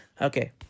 Okay